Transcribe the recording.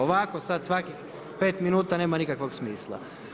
Ovako sada svakih pet minuta nema nikakvog smisla.